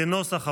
כנוסח הוועדה.